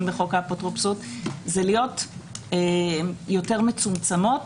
בחוק האפוטרופסות זה להיות יותר מצומצמות,